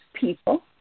people